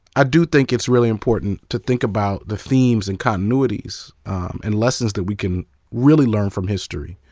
i do think it's really important to think about the themes and continuities and lessons that we can really learn from history.